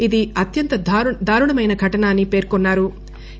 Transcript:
ఇది అత్యంత దారుణమైన ఘటన అని పేర్కొన్నా రు